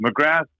McGrath